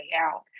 out